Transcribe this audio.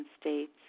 states